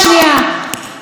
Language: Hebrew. שנייה,